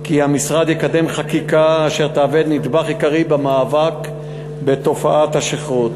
כי המשרד יקדם חקיקה אשר תהווה נדבך עיקרי במאבק בתופעת השכרות.